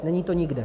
Není to nikde.